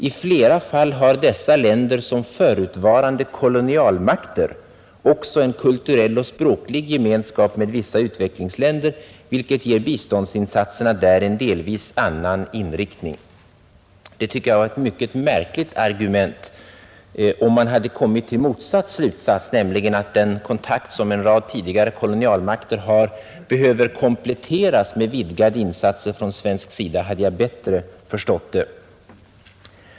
I flera fall har dessa länder som förutvarande kolonialmakter också en kulturell och språklig gemenskap med vissa utvecklingsländer, vilket ger biståndsinsatserna där en delvis annan inriktning.” Det tycker jag är ett mycket märkligt argument. Om man hade kommit till motsatt slutsats, nämligen att den kontakt som en rad tidigare kolonialmakter har behöver kompletteras med vidgade insatser från svensk sida, hade jag bättre förstått det!